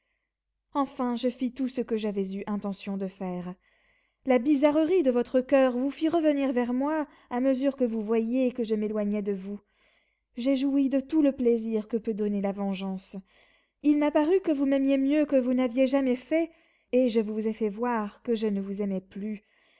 enfin je fis tout ce que j'avais eu intention de faire la bizarrerie de votre coeur vous fit revenir vers moi à mesure que vous voyiez que je m'éloignais de vous j'ai joui de tout le plaisir que peut donner la vengeance il m'a paru que vous m'aimiez mieux que vous n'aviez jamais fait et je vous ai fait voir que je ne vous aimais plus